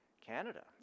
Canada